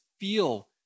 feel